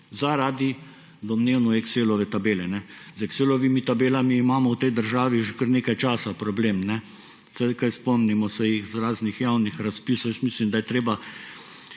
zaradi domnevno excelove tabele. Z excelovimi tabelami imamo v tej državi že kar nekaj časa problem. Kar spomnimo se jih iz raznih javnih razpisov. Mislim, da je treba